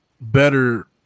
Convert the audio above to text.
better